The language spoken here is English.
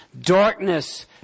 darkness